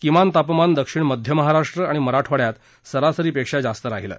किमान तापमान दक्षिण मध्य महाराष्ट्र आणि मराठवाड्यात सरासरीपेक्षा जास्त राहिलं